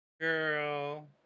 Girl